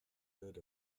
heard